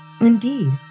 Indeed